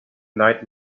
night